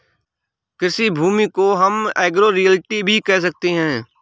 कृषि भूमि को हम एग्रो रियल्टी भी कह सकते है